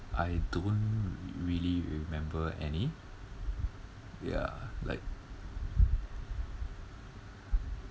I don't really remember any ya like